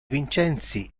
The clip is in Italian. vincenzi